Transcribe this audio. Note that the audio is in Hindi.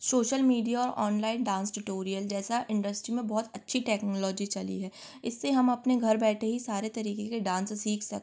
सोशल मीडिया और ऑनलाइन डांस टुटोरिअल जैसी इंडस्ट्री में बहुत अच्छी टेक्नोलॉजी चली है इससे हम अपने घर बैठे ही सारे तरीकों के डांस सीख सकते हैं